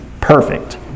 Perfect